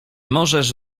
możesz